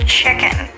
chicken